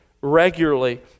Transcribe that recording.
regularly